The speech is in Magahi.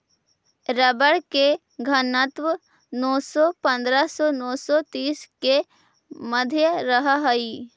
रबर के घनत्व नौ सौ पंद्रह से नौ सौ तीस के मध्य रहऽ हई